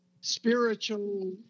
spiritual